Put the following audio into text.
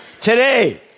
today